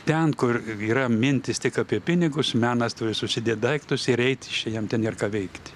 ten kur yra mintys tik apie pinigus menas turi susidėt daiktus ir eit jam ten nėr ką veikti